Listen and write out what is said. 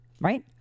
right